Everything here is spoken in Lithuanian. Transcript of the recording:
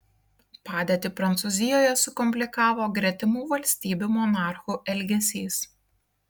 padėtį prancūzijoje sukomplikavo gretimų valstybių monarchų elgesys